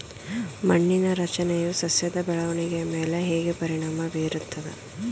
ಮಣ್ಣಿನ ರಚನೆಯು ಸಸ್ಯದ ಬೆಳವಣಿಗೆಯ ಮೇಲೆ ಹೇಗೆ ಪರಿಣಾಮ ಬೀರುತ್ತದೆ?